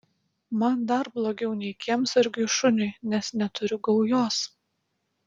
man dar blogiau nei kiemsargiui šuniui nes neturiu gaujos